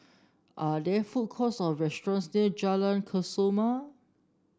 are there food courts or restaurants near Jalan Kesoma